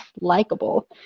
likable